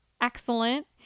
excellent